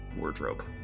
wardrobe